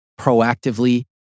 proactively